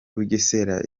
bugesera